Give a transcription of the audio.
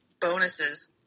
bonuses